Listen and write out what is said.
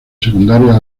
secundaria